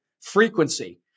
frequency